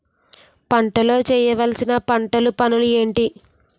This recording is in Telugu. పంటలో చేయవలసిన పంటలు పనులు ఏంటి?